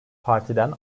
partiden